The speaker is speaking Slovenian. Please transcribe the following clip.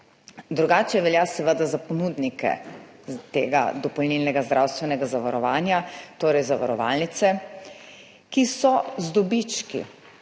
Drugače velja seveda za ponudnike tega dopolnilnega zdravstvenega zavarovanja, torej zavarovalnice, ki so z dobički,